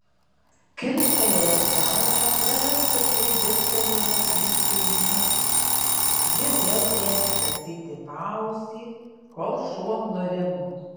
kilstelėjęs galvą fredas piktai dirstelėjo į šeimininkę ji vėl ėmė kasyti paausį kol šuo nurimo